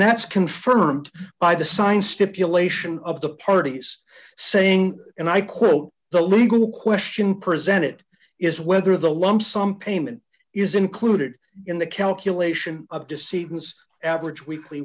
that's confirmed by the sign stipulation of the parties saying and i quote the legal question presented is whether the lump sum payment is included in the calculation of deceit and average weekly